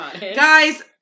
Guys